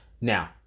Now